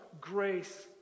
grace